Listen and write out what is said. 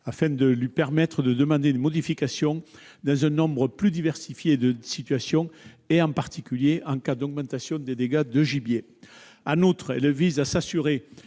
afin de lui permettre de demander une modification dans un nombre plus diversifié de situations et, en particulier, en cas d'augmentation des dégâts de gibier. En outre, ces dispositions